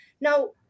Now